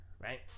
right